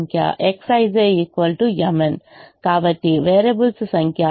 కాబట్టి వేరియబుల్స్ సంఖ్య